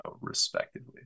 respectively